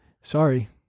sorry